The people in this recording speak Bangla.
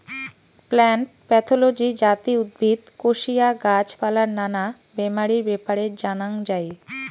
প্লান্ট প্যাথলজি যাতি উদ্ভিদ, কোশিয়া, গাছ পালার নানা বেমারির ব্যাপারে জানাঙ যাই